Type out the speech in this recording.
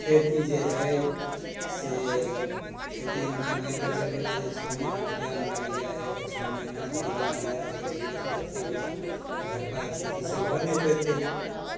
खेती जे हइ से खेतीमे तऽ मानिके चलिऔ जे छओ महिना टाइम लागि जाइ हइ तऽ छओ महिनाके इन्तजार करै गेलै तऽ ओतेक ओकरा भरपाइ खेतीसँ भऽ नहि पएतै